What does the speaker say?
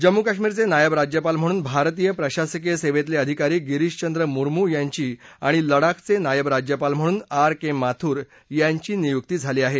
जम्मू काश्मीरचे नायब राज्यपाल म्हणून भारतीय प्रशासकीय सेवेतले अधिकारी गिरीशचंद्र मुस्मू यांची आणि लडाखचे नायब राज्यपाल म्हणून आर के माथुर यांची नियुक्ती झाली आहे